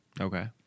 Okay